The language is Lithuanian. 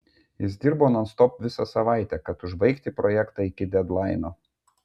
jis dirbo nonstop visą savaitę kad užbaigti projektą iki dedlaino